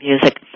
music